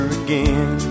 again